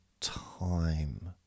time